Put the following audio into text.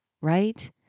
right